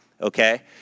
okay